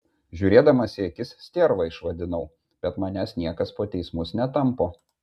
žiūrėdamas į akis sterva išvadinau bet manęs niekas po teismus netampo